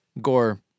gore